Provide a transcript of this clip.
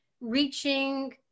reaching